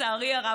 לצערי הרב,